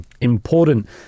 important